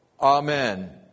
Amen